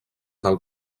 del